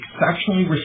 exceptionally